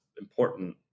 important